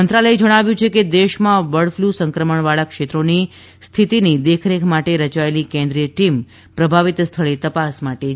મંત્રાલયે જણાવ્યું કે દેશમાં બર્ડફ્લૂ સંક્રમણવાળા ક્ષેત્રોની સ્થિતિની દેખરેખ માટે રચાયેલી કેન્દ્રીય ટીમ પ્રભાવિત સ્થળે તપાસ માટે જઈ રહી છે